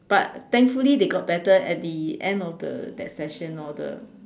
but thankfully they got better at the end of the that session lor the